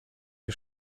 wir